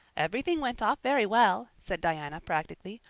everything went off very well, said diana practically.